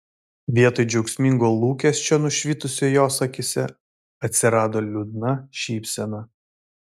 vietoj džiaugsmingo lūkesčio nušvitusio jos akyse atsirado liūdna šypsena